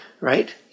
Right